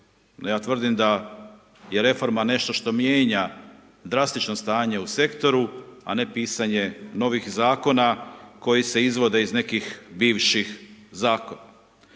ja tvrdim da je reforma nešto što mijenja drastično stanje u sektoru a ne pisanje novih zakona koji se izvode iz nekih bivših zakona.